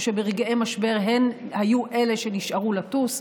שברגעי משבר הן היו אלה שנשארו לטוס,